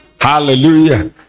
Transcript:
hallelujah